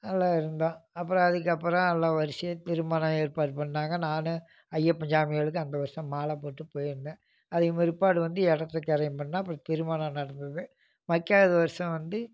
நல்லா இருந்தோம் அப்புறம் அதுக்கப்புறம் எல்லா வரிசையாக திருமணம் ஏற்பாடு பண்ணாங்க நான் ஐயப்பன் சாமிகளுக்கு அந்த வருஷம் மாலை போட்டு போய்ருந்தேன் அதுக்கும் பிற்பாடு வந்து இடத்து கிரயம் பண்ணா அப்புறம் திருமணம் நடந்தது மக்காவது வருஷம் வந்து